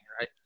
Right